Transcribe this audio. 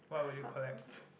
what will you collect